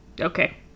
Okay